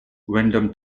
windom